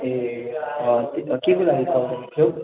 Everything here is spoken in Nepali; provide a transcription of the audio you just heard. ए केको लागि कल गरेको थियौ